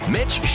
Mitch